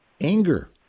anger